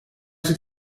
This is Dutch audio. zit